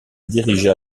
dirigea